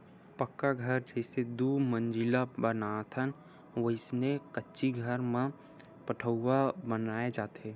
पक्का घर जइसे दू मजिला बनाथन वइसने कच्ची घर म पठउहाँ बनाय जाथे